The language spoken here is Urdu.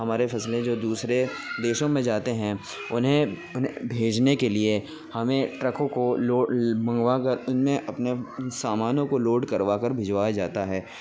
ہمارے فصلیں جو دوسرے دیشوں میں جاتے ہیں انہیں بھیجنے کے لیے ہمیں ٹرکوں کو منگوا کر ان میں اپنے سامانوں کو لوڈ کروا کر بھجوایا جاتا ہے